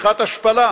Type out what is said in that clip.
שיחת השפלה,